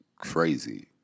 crazy